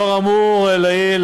לאור האמור לעיל,